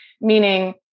meaning